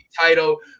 title